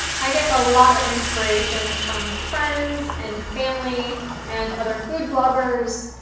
i get a lot of inspiration from friends, and family and other food bloggers,